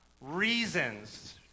reasons